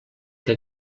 que